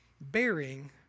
bearing